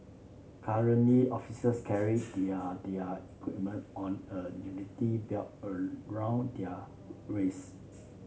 currently officers carry their their equipment on a unity belt around their waists